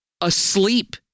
asleep